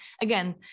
again